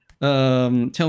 tell